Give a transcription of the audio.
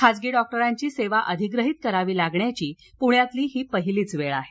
खासगी डॉक्टरांची सेवा अधिग्रहित करावी लागण्याची ही पुण्यातली ही पहिलीच वेळ आहे